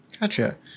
Gotcha